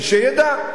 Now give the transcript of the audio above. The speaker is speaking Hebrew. ושידע.